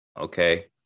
Okay